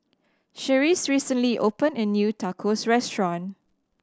Charisse recently opened a new Tacos Restaurant